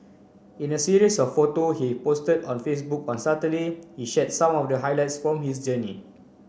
in a series of photo he posted on Facebook on Saturday he shared some of the highlights from his journey